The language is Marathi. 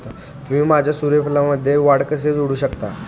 तुम्ही माझ्या सूर्यफूलमध्ये वाढ कसे जोडू शकता?